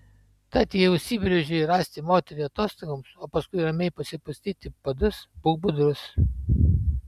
tad jei užsibrėžei rasti moterį atostogoms o paskui ramiai pasipustyti padus būk budrus